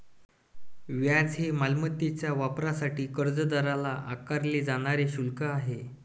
व्याज हे मालमत्तेच्या वापरासाठी कर्जदाराला आकारले जाणारे शुल्क आहे